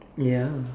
ya